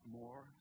more